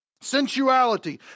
sensuality